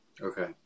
Okay